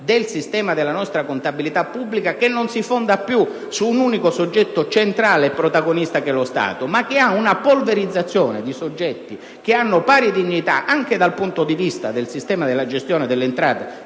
del sistema della nostra contabilità pubblica. Quest'ultima non si fonda più su un unico soggetto centrale e protagonista, ossia lo Stato, ma vi è una polverizzazione di soggetti con pari dignità anche dal punto di vista del sistema della gestione delle entrate